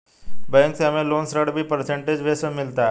bank से हमे loan ऋण भी परसेंटेज बेस पर मिलता है